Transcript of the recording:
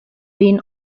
been